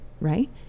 right